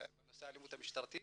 בנושא האלימות המשטרתית.